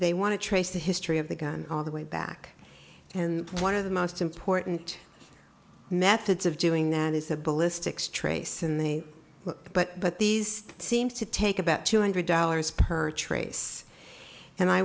they want to trace the history of the gun all the way back and one of the most important methods of doing that is the ballistics trace in the butt but these seems to take about two hundred dollars per trace and i